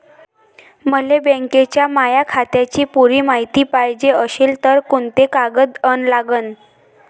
मले बँकेच्या माया खात्याची पुरी मायती पायजे अशील तर कुंते कागद अन लागन?